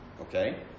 Okay